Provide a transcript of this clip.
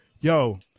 Yo